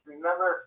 Remember